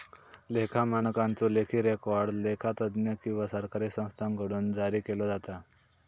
लेखा मानकांचो लेखी रेकॉर्ड लेखा तज्ञ किंवा सरकारी संस्थांकडुन जारी केलो जाता